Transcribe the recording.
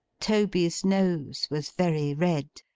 toby's nose was very red,